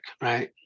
right